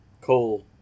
coal